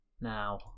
Now